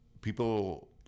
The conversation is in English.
People